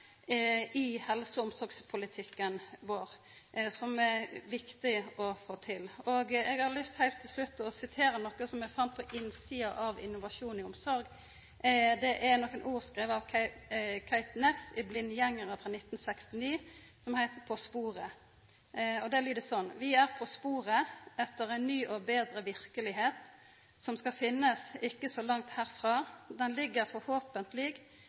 i helse- og omsorgspolitikken vår som det er viktig å få til. Eg har heilt til slutt lyst til å sitera noko som eg fann på innsida av Innovasjon i omsorg. Det er nokre ord skrivne av Kate Næss i Blindgjengere frå 1969, som heiter På sporet. Dei lyder sånn: «Vi er på sporet etter en ny og bedre virkelighet som skal finnes ikke så langt herfra Den